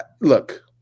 look